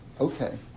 Okay